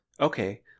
Okay